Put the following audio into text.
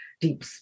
deep